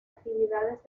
actividades